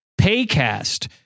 Paycast